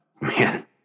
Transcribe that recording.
man